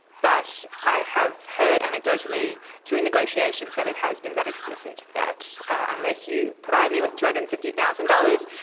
but i have heard anecdotally through negotiations that it has been that explicit, that unless you provide me with two hundred and fifty thousand dollars,